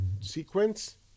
sequence